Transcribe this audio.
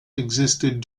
existed